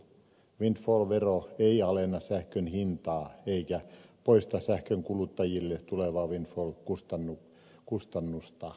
windfall vero ei alenna sähkön hintaa eikä poista sähkön kuluttajille tulevaa windfall kustannusta